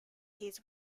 his